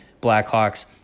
Blackhawks